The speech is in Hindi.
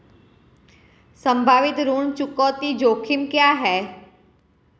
संभावित ऋण चुकौती जोखिम क्या हैं?